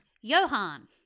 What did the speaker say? Johan